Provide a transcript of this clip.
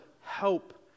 help